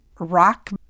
rock